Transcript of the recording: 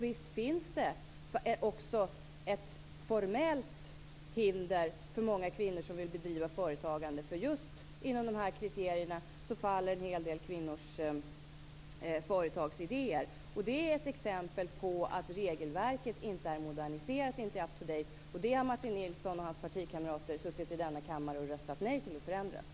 Det finns alltså ett formellt hinder för många kvinnor som vill bedriva företagande. En hel del kvinnors företagsidéer faller just inom de här kriterierna. Det är ett exempel på att regelverket inte är moderniserat och inte är up-to-date. Martin Nilsson och hans partikamrater har suttit i denna kammare och röstat nej till sådana förändringar.